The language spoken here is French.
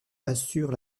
assure